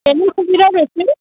কেনি সুবিধা বেছি